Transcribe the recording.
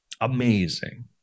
Amazing